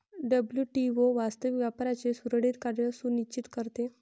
WTO वास्तविक व्यापाराचे सुरळीत कार्य सुनिश्चित करते